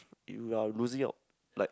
you are losing out like